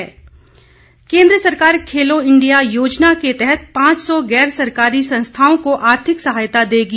सरकार खेलो इंडिया केन्द्र सरकार खेलो इंडिया योजना के तहत पांच सौ गैरसरकारी संस्थाओं को आर्थिक सहायता देगी